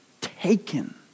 taken